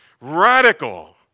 radical